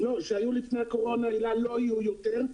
--- שהיו לפני הקורונה, לא היו יותר.